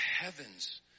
heavens